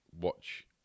watch